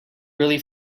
really